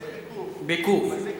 אנחנו נקיים דיון על זה בוועדת החינוך.